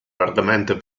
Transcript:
largamente